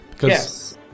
Yes